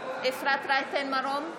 בעד אפרת רייטן מרום,